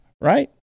right